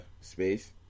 space